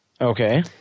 Okay